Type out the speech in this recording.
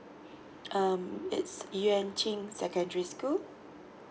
um it's yuan ching secondary school